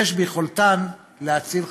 ויש ביכולתם להציל חיים.